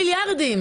מיליארדים.